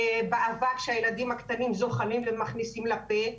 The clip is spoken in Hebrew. באבק שהילדים הקטנים זוחלים ומכניסים לפה.